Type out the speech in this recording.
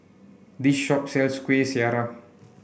this shop sells Kueh Syara